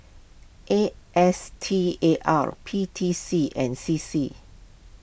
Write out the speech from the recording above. A S T A R P T C and C C